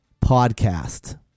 podcast